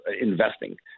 investing